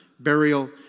burial